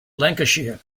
lancashire